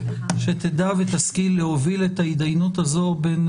שתדע ותשכיל להוביל את ההתדיינות הזו בין